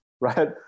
right